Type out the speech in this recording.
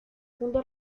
punto